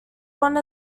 one